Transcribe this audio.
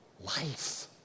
life